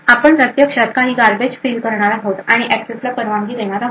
आपण प्रत्यक्षात काही गार्बेज फिल करणार आहोत आणि एक्सेस ला परवानगी देणार आहोत